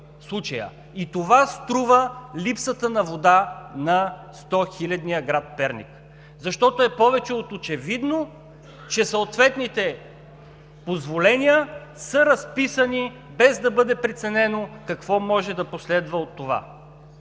и това струва липсата на вода на стохилядния град Перник, защото е повече от очевидно, че съответните позволения са разписани, без да бъде преценено какво може да последва от това.